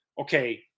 okay